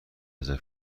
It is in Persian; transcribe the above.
رزرو